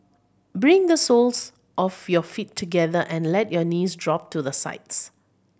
bring the soles of your feet together and let your knees drop to the sides